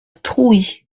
trouy